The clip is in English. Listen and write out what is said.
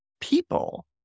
people